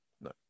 No